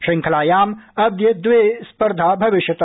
शृंखलायाम् अद्य द्वे स्पर्धा भविष्यत